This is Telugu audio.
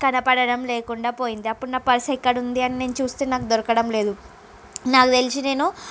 కనపడటం లేకుండా పోయింది అప్పుడు నా పర్స్ ఎక్కడ ఉంది అని నేను చూస్తే నాకు దొరకడం లేదు నాకు తెలిసి నేను